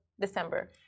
December